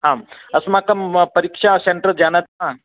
आम् अस्माकं परीक्षा सेण्टर् जानाति वा